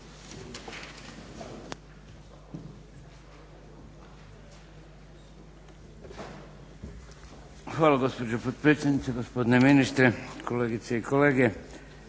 Hvala gospođo potpredsjednice, gospodine ministre, kolegice i kolege.